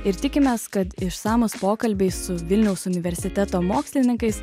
ir tikimės kad išsamūs pokalbiai su vilniaus universiteto mokslininkais